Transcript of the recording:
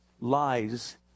lies